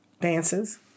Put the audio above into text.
dances